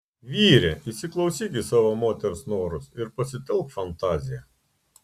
vyre įsiklausyk į savo moters norus ir pasitelk fantaziją